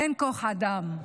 אין כוח אדם.